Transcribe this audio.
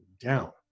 down